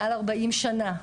מעל ארבעים שנה,